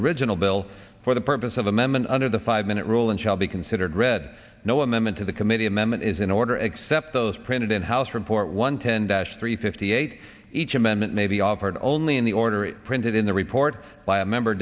original bill for the purpose of amendment under the five minute rule and shall be considered read no amendment to the committee amendment is in order except those printed in house report one ten three fifty eight each amendment may be offered only in the order printed in the report by a member